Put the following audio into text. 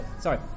sorry